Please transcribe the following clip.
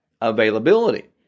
availability